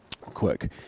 Quick